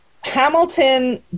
Hamilton